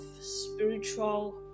spiritual